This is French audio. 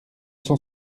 cent